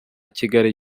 kigali